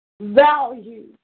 value